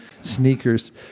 sneakers